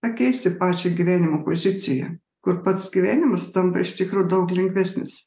pakeisti pačią gyvenimo poziciją kur pats gyvenimas tampa iš tikro daug lengvesnis